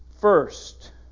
first